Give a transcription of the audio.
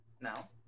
now